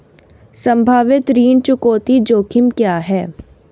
संभावित ऋण चुकौती जोखिम क्या हैं?